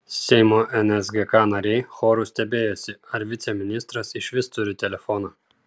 seimo nsgk nariai choru stebėjosi ar viceministras išvis turi telefoną